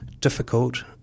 difficult